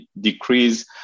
decrease